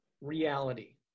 reality